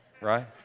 Right